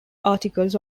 articles